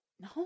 no